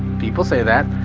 people say that.